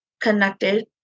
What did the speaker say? connected